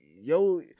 Yo